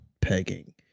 pegging